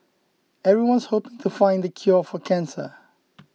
everyone's hope to find the cure for cancer